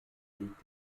liegt